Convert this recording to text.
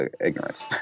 ignorance